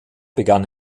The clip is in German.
begann